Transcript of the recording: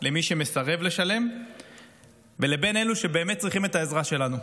של מי שמסרב לשלם ובין אלה שבאמת צריכים את העזרה שלנו,